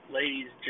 ladies